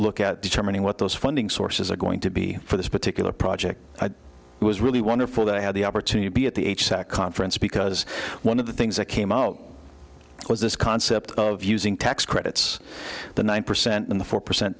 at determining what those funding sources are going to be for this particular project was really wonderful that i had the opportunity at the conference because one of the things that came out was this concept of using tax credits the nine percent and the four percent